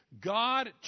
God